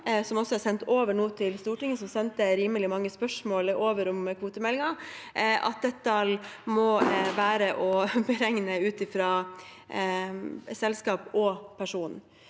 som er sendt over til Stortinget, som sendte over rimelig mange spørsmål om kvotemeldingen – dette må beregnes ut fra selskap og person.